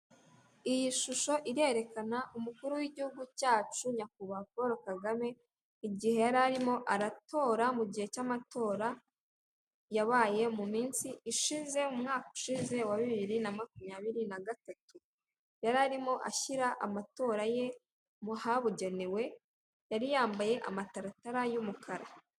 Iyi shusho irerekana umukuru w'Igihugu cyacu nyakubahwa Polo Kagame igihe yari arimo aratora mu gihe cy'amatora yabaye mu minsi ishize mu mwaka ushize wa bibiri na makumyabiri na gatatu, yari arimo ashyira amatora ye mu habugenewe yari yamabaye amataratara y'umukara.